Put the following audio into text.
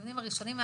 הדיונים הראשונים,